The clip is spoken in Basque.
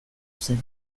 zen